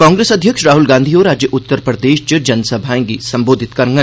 कांग्रेस अध्यक्ष राहल गांधी होर अज्ज उत्तर प्रदेश च जनसभाएं गी संबोधित करङन